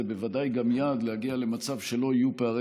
זה בוודאי גם יעד להגיע למצב שבו לא יהיו פערים